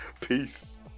Peace